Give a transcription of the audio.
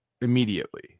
immediately